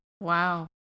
Wow